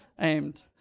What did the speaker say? aimed